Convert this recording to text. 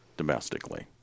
domestically